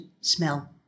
smell